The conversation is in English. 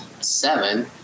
seven